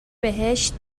بهشت